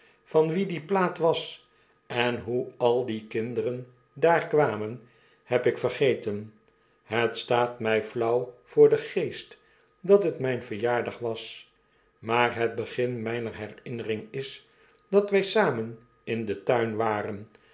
van wie die plaat was en noe al die kinderen daar kwamen heb ik vergeten het staat x mij flauw voor den geest dat het mijn verjaardag was maar het begin mijner herinnering is dat wij samen in den turn waren